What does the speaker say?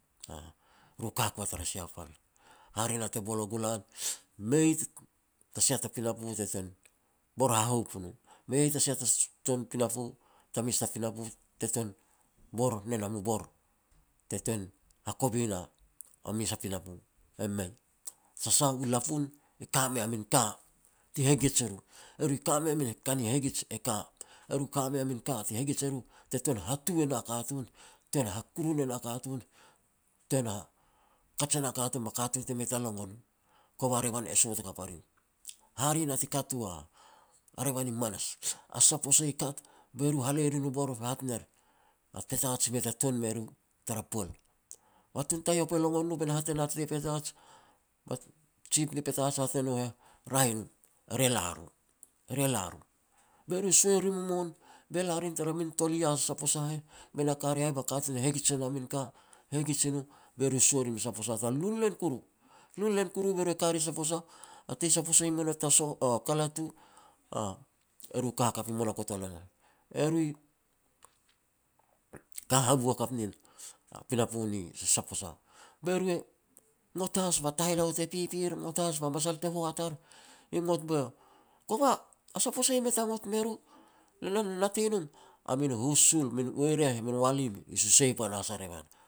aah, ru ka ku a tara sia pal. Hare na te bor ua gu lan, mei ta ta sia ta pinapo te ten bor hahoup o no. Mei ta sia ta tun pinapo, ta mes ta pinapo, te bor ne nam u bor, te ten hakovi e na mes a pinapo, e mei. Tara sah u lapun, i ka mei a min ka ti hegij e ru, e ru i ka mei a min ka ni hegij e ka. E ru i ka mei a min ka ti hegij e ru te tuan hatu e na katun, ten hakurun i na katun, ten kaj e na katun ba katun te mei ta longon u, kova revan e sot hakap a rim. Hare na ti kat u a revan i manas. A saposa i kat be ru halei e rin u bor be hat ner, a Petats mei a tuan me ru tara pual. Ba tun Taoif e longon no be na hat e na tei Petats, ba jif ni Petats e hat ne no heh, "Raeh i no, eri la ro, eri la ro." Be ru suai e rim u mon, be la rim tara min tol ias Saposa heh be na ka ria heh ba katun hegij e na min ka, hegij i no be ru sua rim Saposa tara lunlen kuru. Lunlen kuru be ru e ka ri Saposa, a tei Saposa e mei not ta soh kalat u e ru ka hakap i monakotolan. E ru i ka havu hakap nin a pinapo ni Sa-Saposa. Be ru e, ngot has ba taheleo te pipir, ngot has ba masal te hoat ar, i ngot be kova a Saposa mei ta ngot me ru, ne lo natei nom, a min husul, min weireh, min waling i susei panahas a revan.